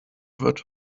wird